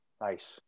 Nice